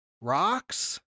rocks